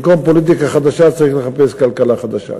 במקום פוליטיקה חדשה צריך לחפש כלכלה חדשה,